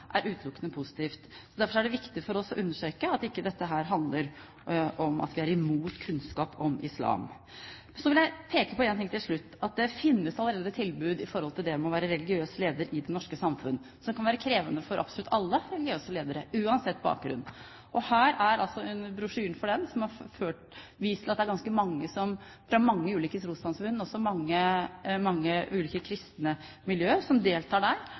er utelukkende positivt. Derfor er det viktig for oss å understreke at dette ikke handler om at vi er imot kunnskap om islam. Så vil jeg peke på én ting til slutt: Det finnes allerede tilbud med tanke på det å være religiøs leder i det norske samfunn, som kan være krevende for absolutt alle religiøse ledere, uansett bakgrunn. Det er en brosjyre om det som viser til at det er mange fra ulike trossamfunn og også mange fra ulike kristne miljøer som deltar